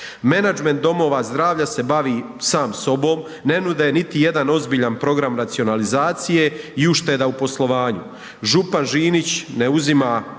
Menadžment domova zdravlja se bavi sam sobom, ne nude niti jedan ozbiljan program racionalizacije i ušteda u poslovanju. Župan Žinić ne uzima